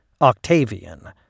Octavian